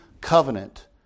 covenant